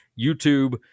youtube